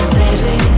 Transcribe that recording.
baby